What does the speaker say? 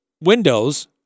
windows